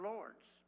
Lords